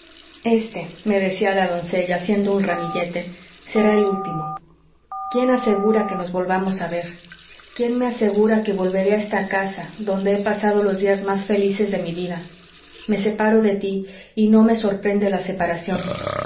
naranjos este me decía la doncella haciendo un ramillete será el último quién asegura que nos volvamos a ver quién me asegura que volveré a esta casa donde he pasado los días más felices de mi vida me separo de tí y no me sorprende la separación